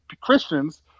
Christians